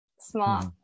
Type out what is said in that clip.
Smart